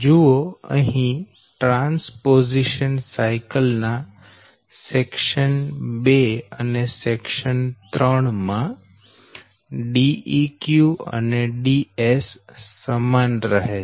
જુઓ અહી transposition cycle ના સેકશન II અને સેકશન III માં Deq અને Ds સમાન રહે છે